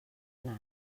nas